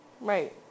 Right